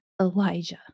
Elijah